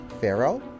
pharaoh